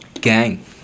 Gang